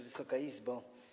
Wysoka Izbo!